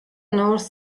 north